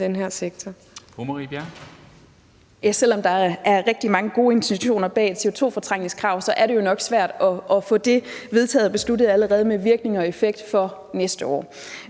Selv om der er rigtig mange gode intentioner bag et CO2-fortrængningskrav, er det jo nok svært at få det vedtaget og besluttet allerede med virkning og effekt for næste år.